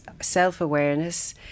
self-awareness